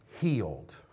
healed